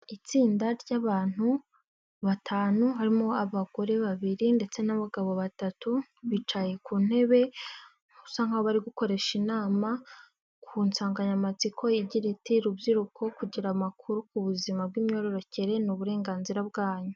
Itsinda ry'abantu batanu harimo abagore babiri ndetse n'abagabo batatu, bicaye ku ntebe usa nk'aho bari gukoresha inama ku nsanganyamatsiko igira iti:"Rubyiruko kugira amakuru ku buzima bw'imyororokere ni uburenganzira bwanyu."